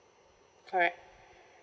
correct